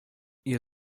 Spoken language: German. ihr